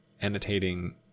annotating